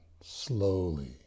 slowly